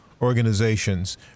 organizations